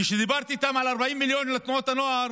כשדיברתי איתם על 40 מיליון לתנועות הנוער,